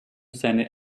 seine